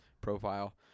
profile